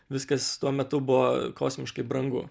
viskas tuo metu buvo kosmiškai brangu